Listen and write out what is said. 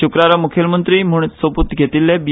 शुक्रारा मुखेलमंत्री म्हण सोपूत घेतिछ्छे बी